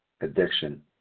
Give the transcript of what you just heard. addiction